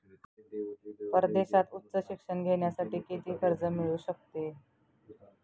परदेशात उच्च शिक्षण घेण्यासाठी किती कर्ज मिळू शकते?